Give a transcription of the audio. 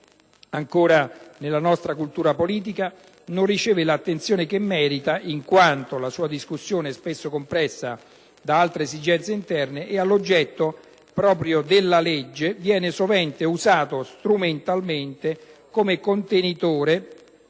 ancora, nella nostra cultura politica, essa non riceve l'attenzione che merita, in quanto la sua discussione è spesso compressa da altre esigenze interne e l'oggetto proprio della legge viene sovente usato strumentalmente come contenitore